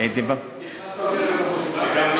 אשוחח עם ראש הממשלה.